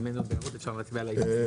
אם אין התנגדות, אפשר להצביע על ההסתייגויות.